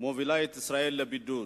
מובילה את ישראל לבידוד.